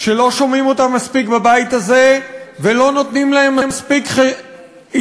שלא שומעים אותן מספיק בבית הזה ולא נותנים להן מספיק התחשבות,